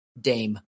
Dame